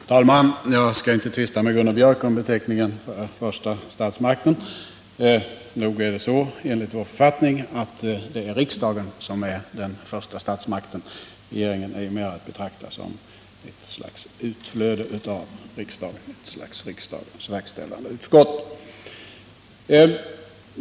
Herr talman! Jag skall inte tvista med Gunnar Biörck i Värmdö om beteckningen för första statsmakten. Enligt vår författning är det riksdagen som är den första statsmakten. Regeringen är mer att betrakta som ett utflöde av riksdagen, ett slags riksdagens verkställande utskott.